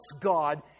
God